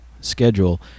schedule